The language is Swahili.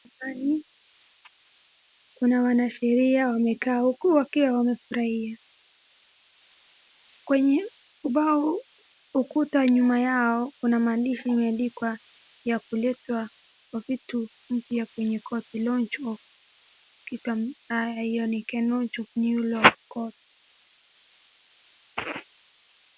Kuna wansheria wamekaa huku wakiwa wanafurahia. Kwenye ubao, ukuta nyuma yao kuna maandishi imeandikwa ya kuletwa vitu mpya kwenye koti launch of new law court .